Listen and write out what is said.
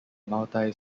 multi